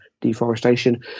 deforestation